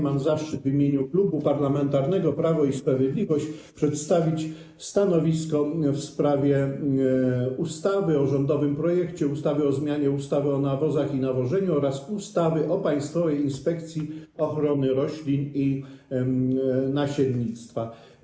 Mam zaszczyt w imieniu Klubu Parlamentarnego Prawo i Sprawiedliwość przedstawić stanowisko w sprawie rządowego projektu ustawy o zmianie ustawy o nawozach i nawożeniu oraz ustawy o Państwowej Inspekcji Ochrony Roślin i Nasiennictwa.